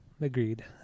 Agreed